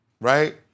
right